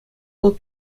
вӑл